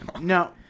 no